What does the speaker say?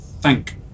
thank